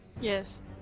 Yes